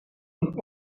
een